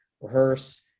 rehearse